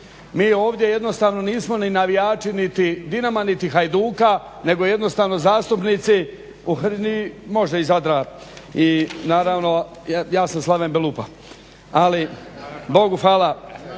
Mi ovdje jednostavno nismo ni navijači, niti Dinama, niti Hajduka nego jednostavno zastupnici, može i Zadra, i naravno ja sam Slaven Belupa, ali Bogu Hvala,